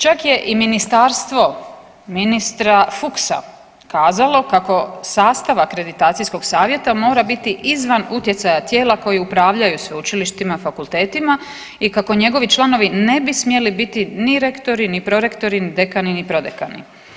Čak je i ministarstvo ministra Fuchsa kazalo kako sastav akreditacijskog savjeta mora biti izvan utjecaja tijela koji upravljaju sveučilištima, fakultetima i kako njegovi članovi ne bi smjeli biti ni rektori, ni prorektori, ni dekani, ni prodekani.